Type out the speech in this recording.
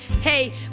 hey